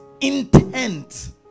Intent